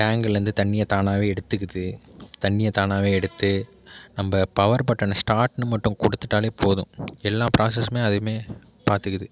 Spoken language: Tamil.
டேங்க்லேருந்து தண்ணியை தானாகவே எடுத்துக்குது தண்ணியை தானாகவே எடுத்து நம்ப பவர் பட்டனை ஸ்டார்ட்ன்னு மட்டும் கொடுத்துட்டாலே போதும் எல்லா ப்ராசஸ்ஸுமே அதுவே பார்த்துக்குது